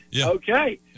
Okay